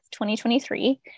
2023